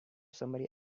somebody